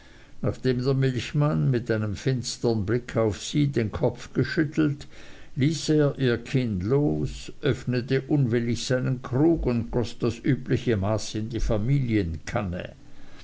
nachdem der milchmann mit einem finstern blick auf sie den kopf geschüttelt ließ er ihr kinn los öffnete unwillig seinen krug und goß das übliche maß in die familienkanne